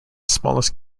smallest